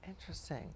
Interesting